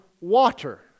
water